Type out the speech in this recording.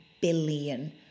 billion